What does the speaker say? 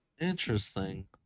interesting